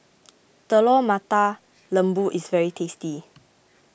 Telur Mata Lembu is very tasty